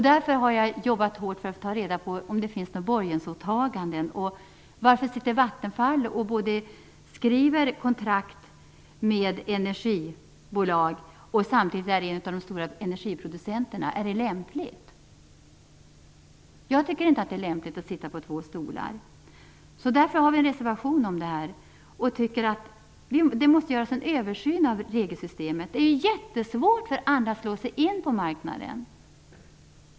Därför har jag jobbat hårt för att ta reda på om det finns några borgensåtaganden. Varför skriver Vattenfall, som är en av de stora energiproducenterna, kontrakt med energibolag? Är det lämpligt? Jag tycker inte att det är lämpligt att sitta på två stolar. Därför har vi en reservation i frågan och tycker att det måste göras en översyn av regelsystemet. Det är ju jättesvårt för andra att slå sig in på marknaden.